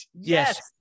Yes